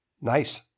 Nice